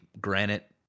granite